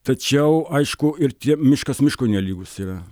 tačiau aišku ir tie miškas miškui nelygus yra